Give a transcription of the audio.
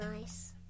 nice